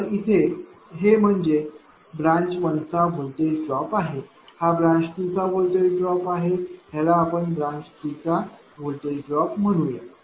तर इथे हे म्हणजे ब्रांच 1 चा व्होल्टेज ड्रॉप आहे हा ब्रांच 2 चा व्होल्टेज ड्रॉप आहे ह्याला आपण ब्रांच 3 चा व्होल्टेज ड्रॉप म्हणूया